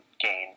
gain